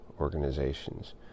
organizations